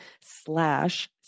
slash